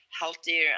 healthier